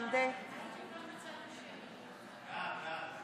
אם יש לך הנתון הזה עכשיו או אולי בהמשך,